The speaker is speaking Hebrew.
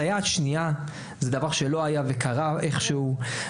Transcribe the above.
סייעת שנייה זה דבר שלא היה וקרה איכשהו,